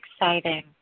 exciting